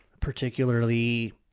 particularly